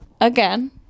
Again